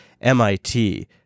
MIT